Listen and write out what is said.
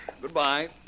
Goodbye